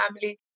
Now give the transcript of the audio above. family